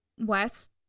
West